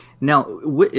Now